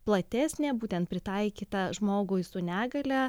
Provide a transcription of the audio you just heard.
platesnė būtent pritaikyta žmogui su negalia